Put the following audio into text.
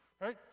Right